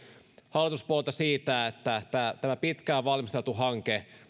hallituspuolueita siitä että tämä pitkään valmisteltu hanke